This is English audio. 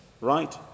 right